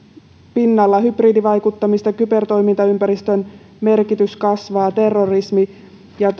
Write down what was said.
pinnalla hybridivaikuttamista kybertoimintaympäristön merkitys kasvaa terrorismi